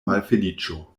malfeliĉo